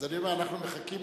ואני אומר: אנחנו מחקים,